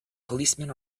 policemen